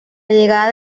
llegada